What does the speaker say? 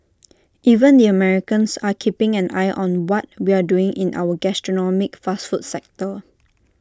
even the Americans are keeping an eye on what we're doing in our gastronomic fast food sector